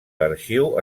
l’arxiu